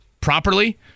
properly